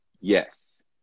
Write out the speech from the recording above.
Yes